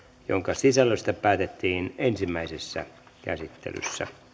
jonka sisällöstä päätettiin ensimmäisessä käsittelyssä